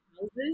houses